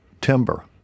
timber